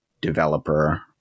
developer